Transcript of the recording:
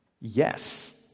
Yes